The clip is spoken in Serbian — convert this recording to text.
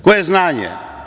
Koje znanje?